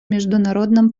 международном